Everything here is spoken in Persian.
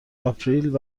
آپریل